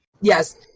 yes